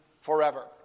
forever